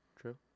True